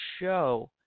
show